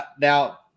now